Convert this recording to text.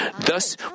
Thus